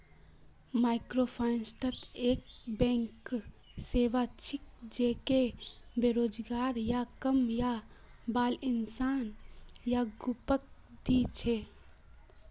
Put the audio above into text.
microfinance एकता banking सेवा छिके जेको बेरोजगार या कम आय बाला इंसान या ग्रुपक दी छेक